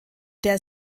der